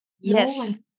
yes